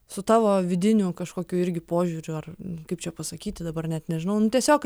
su tavo vidiniu kažkokiu irgi požiūriu ar kaip čia pasakyti dabar net nežinau nu tiesiog